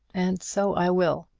and so i will.